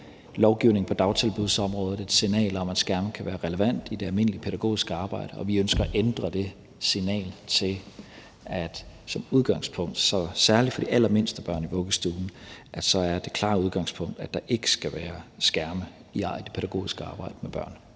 lovgivningen på dagtilbudsområdet et signal om, at skærme kan være relevante i det almindelige pædagogiske arbejde. Vi ønsker at ændre det signal til et signal om, at som udgangspunkt, særlig for de allermindste børn i vuggestuen, er der det klare udgangspunkt, at der ikke skal være skærme i det pædagogiske arbejde med børn.